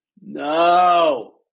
No